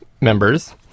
members